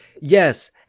Yes